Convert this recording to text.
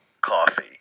coffee